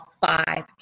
five